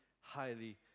highly